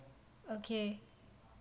okay